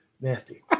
nasty